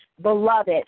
beloved